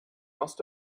must